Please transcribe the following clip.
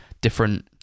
different